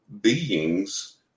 beings